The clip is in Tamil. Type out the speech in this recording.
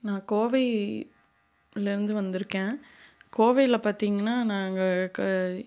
நான் கோவையிலருந்து வந்துருக்கேன் கோவையில் பார்த்திங்கன்னா நாங்கள் க